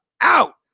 out